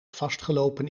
vastgelopen